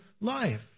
life